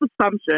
assumption